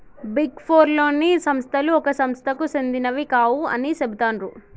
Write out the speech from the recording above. big four లోని సంస్థలు ఒక సంస్థకు సెందినవి కావు అని చెబుతాండ్రు